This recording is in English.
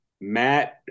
Matt